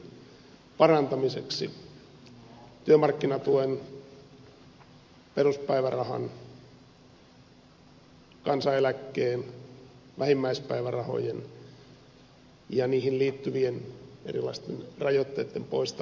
työmarkkinatuen peruspäivärahan kansaneläkkeen vähimmäispäivärahojen ja niihin liittyvien erilaisten rajoitteitten poistamiseksi